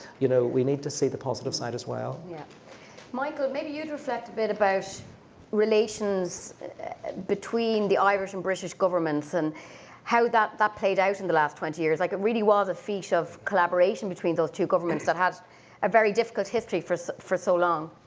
you know, we need to see the positive side as well. yeah michael, maybe you'd reflect a bit about between the irish and british governments, and how that that played out in the last twenty years? like, it really was a feat of collaboration between those two governments that had a very difficult history for so for so long.